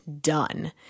done